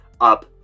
up